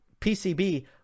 PCB